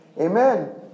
Amen